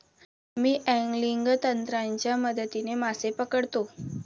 मी angling तंत्राच्या मदतीने मासे पकडतो